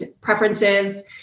preferences